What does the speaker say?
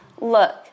look